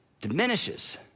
diminishes